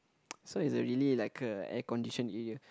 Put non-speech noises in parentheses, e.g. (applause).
(noise) so it's really like a air conditioned area